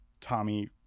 Tommy